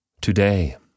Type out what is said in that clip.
Today